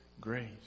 grace